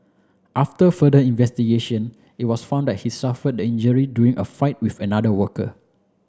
after further investigation it was found that he suffered the injury during a fight with another worker